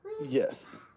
Yes